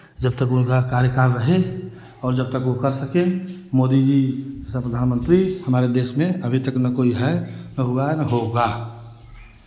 जबतक उनका कार्यकाल रहे और जबतक वो कर सकें मोदी जी जैसा प्रधानमंत्री हमारे देश में अभी तक ना कोई है ना हुआ ना होगा